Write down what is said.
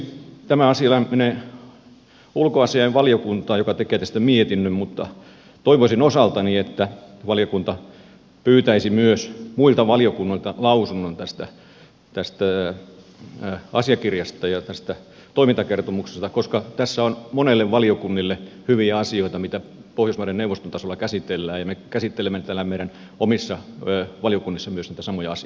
tämä asia menee ulkoasiainvaliokuntaan joka tekee tästä mietinnön mutta toivoisin osaltani että valiokunta pyytäisi myös muilta valiokunnilta lausunnon tästä asiakirjasta ja tästä toimintakertomuksesta koska tässä on monelle valiokunnalle hyviä asioita mitä pohjoismaiden neuvoston tasolla käsitellään ja me käsittelemme täällä meidän omissa valiokunnissamme myös näitä samoja asioita